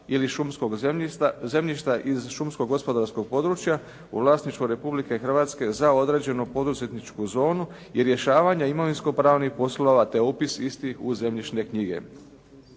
ili šumskog zemljišta iz šumsko-gospodarskog područja u vlasništvo Republike Hrvatske za određenu poduzetničku zonu i rješavanje imovinskopravnih poslova te upis istih u zemljišne knjige.